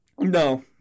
no